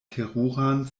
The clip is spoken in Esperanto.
teruran